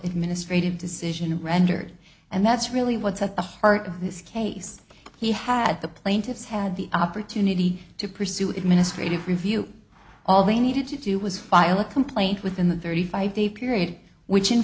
mistreated decision rendered and that's really what's at the heart of this case he had the plaintiffs had the opportunity to pursue administrative review all they needed to do was file a complaint within the thirty five dave raid which in